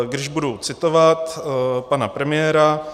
Když budu citovat pana premiéra: